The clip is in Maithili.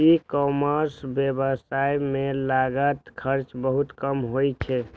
ई कॉमर्स व्यवसाय मे लागत खर्च बहुत कम होइ छै